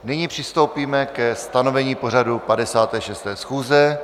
Nyní přistoupíme ke stanovení pořadu 56. schůze.